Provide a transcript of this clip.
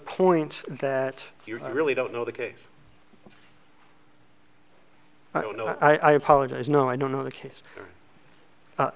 points that i really don't know the case i don't know and i apologize no i don't know the case